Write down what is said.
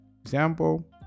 example